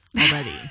Already